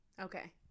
Okay